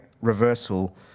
reversal